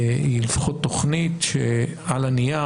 היא לפחות תכנית שעל הנייר,